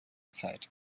zeit